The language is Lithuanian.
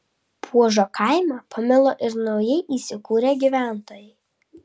puožo kaimą pamilo ir naujai įsikūrę gyventojai